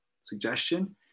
suggestion